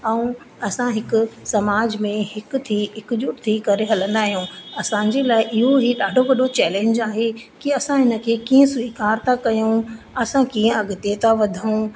ऐं असां हिकु समाज में हिकु थी हिकु जुट थी हलंदा आहियूं असांजे लाइ इहो ई ॾाढो वॾो चैलेंज आहे की असां हिन खे कीअं स्वीकारु था कयूं असां कीअं अॻिते था वधूं